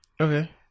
Okay